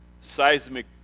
seismic